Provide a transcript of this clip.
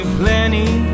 plenty